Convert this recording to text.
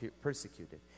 persecuted